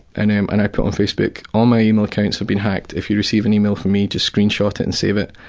and and and i put on facebook all my email accounts have been hacked, if you receive an email from me, just screen shot and save it.